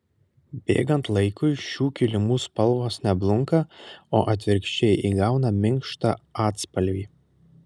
bėgant laikui šių kilimų spalvos ne blunka o atvirkščiai įgauna minkštą atspalvį